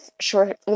sure